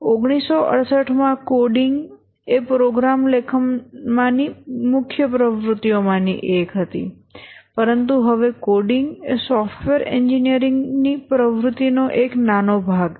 1968 માં કોડિંગ એ પ્રોગ્રામ લેખનમાંની મુખ્ય પ્રવૃત્તિઓમાંની એક હતી પરંતુ હવે કોડિંગ એ સોફ્ટવેર એન્જિનિયર ની પ્રવૃત્તિનો એક નાનો ભાગ છે